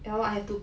ya lor I have to